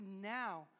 now